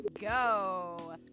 go